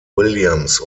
williams